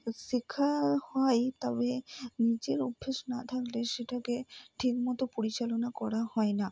শিক্ষা হয় তবে নিজের অভ্যেস না থাকলে সেটাকে ঠিকমত পরিচালনা করা হয় না